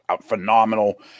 phenomenal